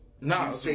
No